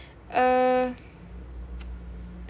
uh